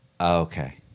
okay